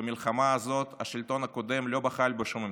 ובמלחמה הזאת השלטון הקודם לא בחל בשום אמצעים.